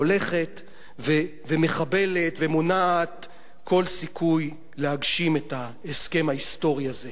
הולכת ומחבלת ומונעת כל סיכוי להגשים את ההסכם ההיסטורי הזה.